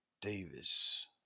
Davis